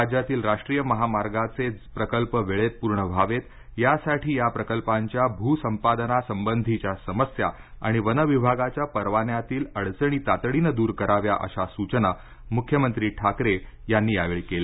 राज्यातील राष्ट्रीय महामार्गाचे प्रकल्प वेळेत पूर्ण व्हावेत यासाठी या प्रकल्पांच्या भूसंपादनासंबंधीच्या समस्या आणि वनविभागाच्या परवान्यांतील अडचणी तातडीनं दूर कराव्या अशा सूचना मुख्यमंत्री ठाकरे यांनी यावेळी केल्या